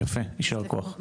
יפה, ישר כוח.